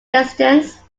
distance